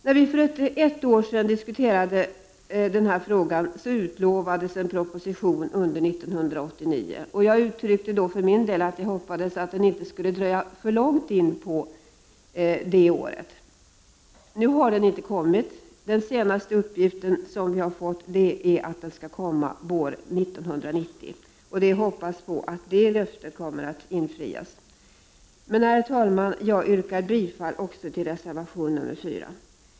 När vi för ett år sedan diskuterade frågan utlovades en proposition under 1989. Jag sade för min del att jag hoppades att det inte skulle dröja för långt in på det året. Propositionen har inte kommit, men enligt den senaste uppgiften skall den komma våren 1990. Nu hoppas jag att detta löfte kommer att infrias. Herr talman! Jag yrkar bifall till reservation 4.